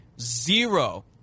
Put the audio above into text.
zero